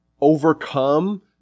overcome